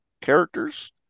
characters